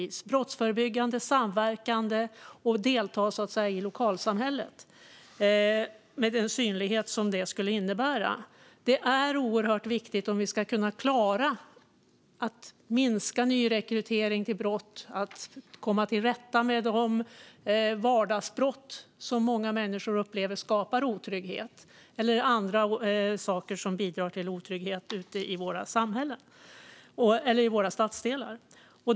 Det handlar om brottsförebyggande och samverkande arbete och att delta i lokalsamhället med den synlighet som det skulle innebära. Det är oerhört viktigt om vi ska kunna klara att minska nyrekrytering till brott och komma till rätta med de vardagsbrott som många människor upplever skapar otrygghet eller andra saker som bidrar till otrygghet ute i våra stadsdelar.